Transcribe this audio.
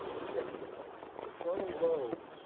executive function, the frontal lobe